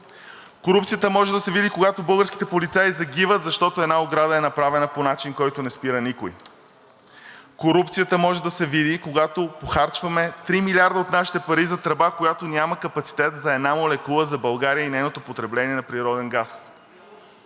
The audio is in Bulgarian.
Корупцията може да се види, когато българските полицаи загиват, защото една ограда е направена по начин, който не спира никой. Корупцията може да се види, когато похарчваме три милиарда от нашите пари за тръба, която няма капацитет за една молекула за България и нейното потребление на природен газ.